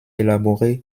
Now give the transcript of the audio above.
élaboré